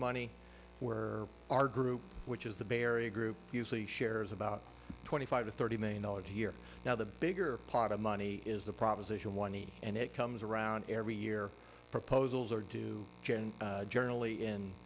money where our group which is the barrier group usually shares about twenty five to thirty million dollars a year now the bigger pot of money is the proposition one eighty and it comes around every year proposals or do generally in